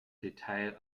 detail